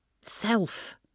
self